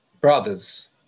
brothers